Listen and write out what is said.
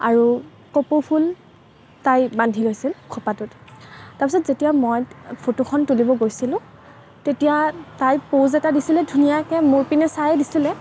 আৰু কপৌ ফুল তাই বান্ধি লৈছিল খোপাটোত তাৰপিছত যেতিয়া মই ফটোখন তুলিব গৈছিলোঁ তেতিয়া তাই প'জ এটা দিছিলে ধুনীয়াকৈ মোৰ পিনে চায়েই দিছিলে